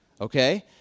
Okay